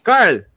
Carl